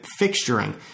fixturing